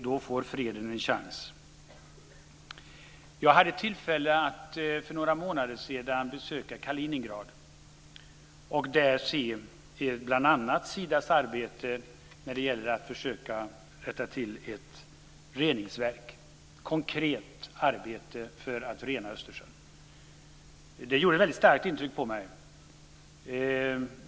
Då får freden en chans. Jag hade för några månader sedan tillfälle att besöka Kaliningrad och där se bl.a. Sidas arbete med att försöka rätta till ett reningsverk - ett konkret arbete för att rena Östersjön. Det gjorde väldigt starkt intryck på mig.